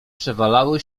przewalały